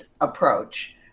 approach